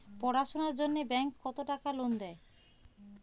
পড়াশুনার জন্যে ব্যাংক কত টাকা লোন দেয়?